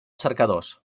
cercadors